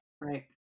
Right